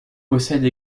possède